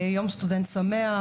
יום סטודנט שמח.